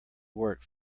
work